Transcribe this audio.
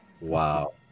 Wow